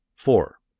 four.